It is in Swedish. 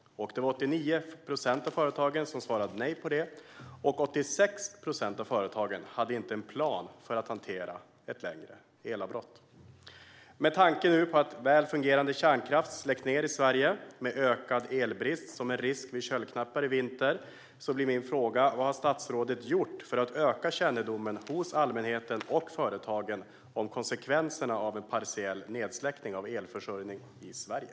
Det var 89 procent av företagen som svarade nej på det, och 86 procent av företagen hade ingen plan för att hantera ett längre elavbrott. Med tanke på att väl fungerande kärnkraft nu släcks ned i Sverige, med risk för ökad elbrist vid köldknäppar i vinter, blir min fråga: Vad har statsrådet gjort för att öka kännedomen hos allmänheten och företagen om konsekvenserna av en partiell nedsläckning av elförsörjningen i Sverige?